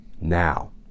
now